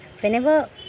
whenever